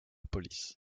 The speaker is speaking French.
police